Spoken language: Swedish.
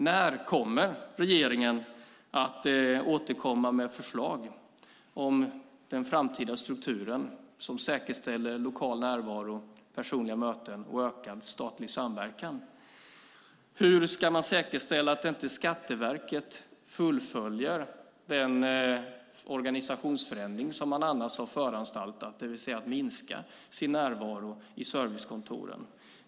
När kommer regeringen att återkomma med förslag om den framtida strukturen som säkerställer lokal närvaro, personliga möten och ökad statlig samverkan? Hur ska man säkerställa att inte Skatteverket fullföljer den organisationsförändring som man annars har föranstaltat om, det vill säga att man ska minska sin närvaro i servicekontoren.